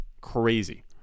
crazy